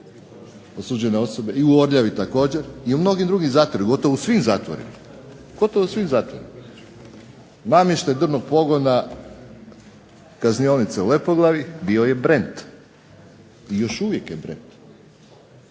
osuđene osobe i u Orljavi također i u mnogim drugim zatvorima jer gotovo u svim zatvorima, gotovo svim zatvorima. Namještaj drvnog pogona kaznionice u Lepoglavi bio je brand i još uvijek je brand,